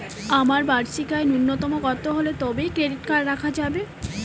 আমার বার্ষিক আয় ন্যুনতম কত হলে তবেই ক্রেডিট কার্ড রাখা যাবে?